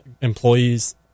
employees